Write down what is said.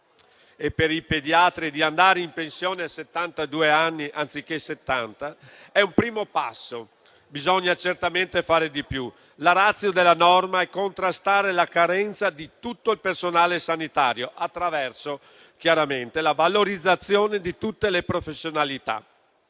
e per i pediatri di andare in pensione a settantadue anni anziché a settanta è un primo passo. Bisogna certamente fare di più, ma la *ratio* della norma è contrastare la carenza di tutto il personale sanitario attraverso la valorizzazione di tutte le professionalità.